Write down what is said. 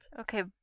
Okay